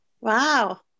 Wow